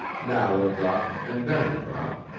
now a drop and then a drop,